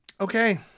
okay